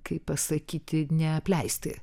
kaip pasakyti neapleisti